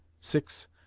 six